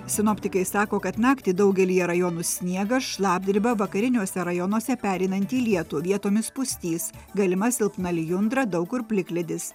sinoptikai sako kad naktį daugelyje rajonų sniegas šlapdriba vakariniuose rajonuose pereinanti į lietų vietomis pustys galima silpna lijundra daug kur plikledis